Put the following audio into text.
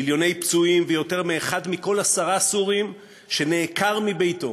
מיליוני פצועים ויותר מאחד מכל עשרה סורים שנעקר מביתו